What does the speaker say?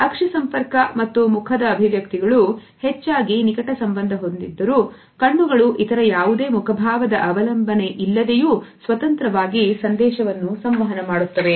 ಅಕ್ಕಿ ಸಂಪರ್ಕ ಮತ್ತು ಮುಖದ ಅಭಿವ್ಯಕ್ತಿಗಳು ಹೆಚ್ಚಾಗಿ ನಿಕಟ ಸಂಬಂಧ ಹೊಂದಿದ್ದರು ಕಣ್ಣುಗಳು ಇತರ ಯಾವುದೇ ಮುಖಭಾವದ ಅವಲಂಬನೆಯಿಲ್ಲದೆಯು ಸ್ವತಂತ್ರವಾಗಿ ಸಂದೇಶವನ್ನು ಸಂವಹನ ಮಾಡುತ್ತವೆ